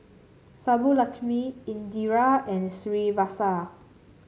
Subbulakshmi Indira and Srinivasa